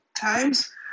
times